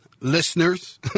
listeners